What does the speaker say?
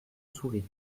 souris